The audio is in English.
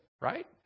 right